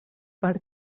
per